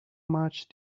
much